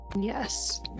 Yes